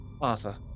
Arthur